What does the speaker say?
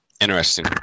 interesting